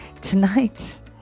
Tonight